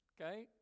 Okay